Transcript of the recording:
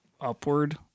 upward